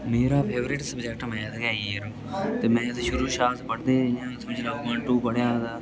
मेरा favourite subject math गै यरो ते मैथ शुरू शा अस पढ़दे समझी लैओ बन टू पढ़या ते